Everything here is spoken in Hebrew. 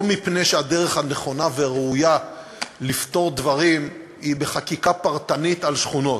לא מפני שהדרך הנכונה והראויה לפתור דברים היא בחקיקה פרטנית על שכונות,